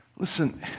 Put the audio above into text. Listen